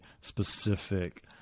specific